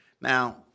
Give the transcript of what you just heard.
Now